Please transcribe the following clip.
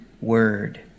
word